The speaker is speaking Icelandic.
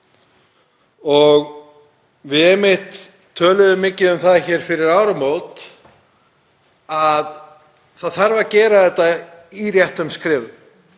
töluðum einmitt mikið um það hér fyrir áramót að það þurfi að gera þetta í réttum skrefum.